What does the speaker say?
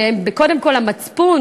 וקודם כול המצפון,